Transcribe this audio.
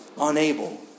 unable